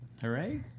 Hooray